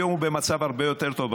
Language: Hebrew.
היום הוא במצב הרבה יותר טוב,